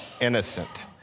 innocent